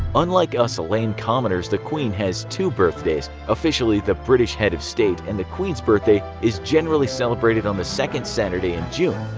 unlike us lame commoners, the queen has two birthdays. officially as the british head of state and the queen's birthday is generally celebrated on the second saturday in june,